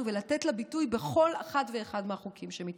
ולתת לה ביטוי בכל אחד ואחד מהחוקים שמתהווים.